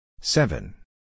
Seven